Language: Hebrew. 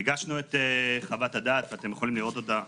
הגשנו את חוות הדעת, היא